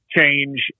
change